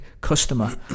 customer